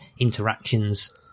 interactions